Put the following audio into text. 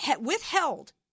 withheld